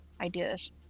ideas